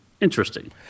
Interesting